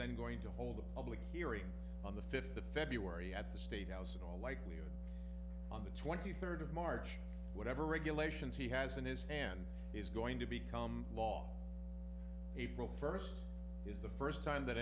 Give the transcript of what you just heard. then going to hold a public hearing on the fifth of february at the state house in all likelihood on the twenty third of march whatever regulations he has in his hand is going to become law april first is the first time that